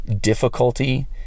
difficulty